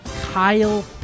Kyle